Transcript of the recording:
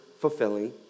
fulfilling